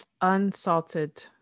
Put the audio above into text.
Unsalted